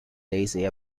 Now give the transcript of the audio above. lazy